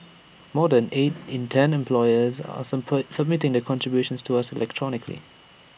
more than eight in ten employers are submitting their contributions to us electronically